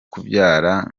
kubyara